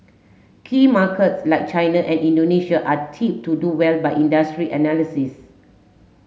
key markets like China and Indonesia are tipped to do well by industry analysis